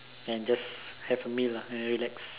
and just have a meal lah and then relax